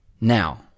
now